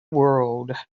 world